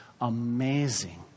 amazing